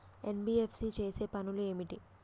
NBFC చేసే పనులు ఏమిటి?